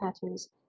patterns